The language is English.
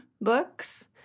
books